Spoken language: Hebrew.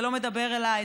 זה לא מדבר אליי,